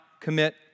Commit